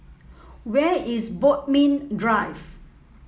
where is Bodmin Drive